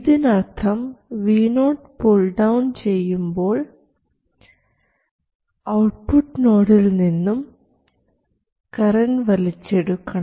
ഇതിനർത്ഥം vo pull down ചെയ്യേണ്ടപ്പോൾ output നോഡിൽ നിന്നും കറൻറ് വലിച്ചെടുക്കണം